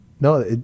no